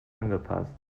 angepasst